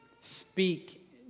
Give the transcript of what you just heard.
speak